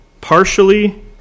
partially